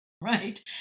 right